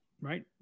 Right